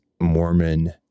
Mormon